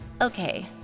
Okay